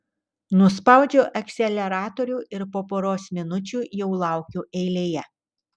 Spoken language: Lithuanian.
nuspaudžiu akceleratorių ir po poros minučių jau laukiu eilėje